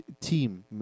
team